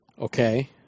Okay